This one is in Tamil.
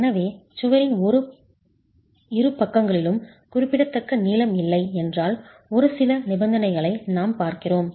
எனவே நீங்கள் சுவரின் இரு பக்கங்களிலும் குறிப்பிடத்தக்க நீளம் இல்லை என்றால் ஒரு சில நிபந்தனைகளை நாம் பார்க்கிறோம்